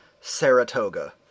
Saratoga